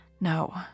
No